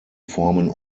formen